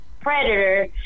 predator